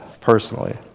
personally